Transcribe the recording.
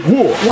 War